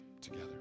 together